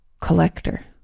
collector